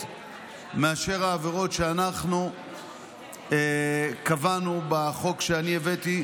מאשר העבירות שאנחנו קבענו בחוק שאני הבאתי,